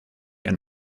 and